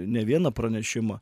ne vieną pranešimą